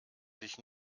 sich